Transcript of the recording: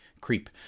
creep